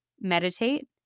meditate